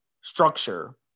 structure